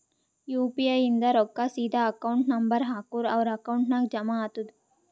you P I ಇಂದ್ ರೊಕ್ಕಾ ಸೀದಾ ಅಕೌಂಟ್ ನಂಬರ್ ಹಾಕೂರ್ ಅವ್ರ ಅಕೌಂಟ್ ನಾಗ್ ಜಮಾ ಆತುದ್